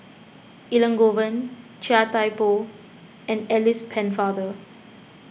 Elangovan Chia Thye Poh and Alice Pennefather